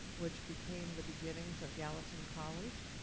which became the beginnings of gallatin college.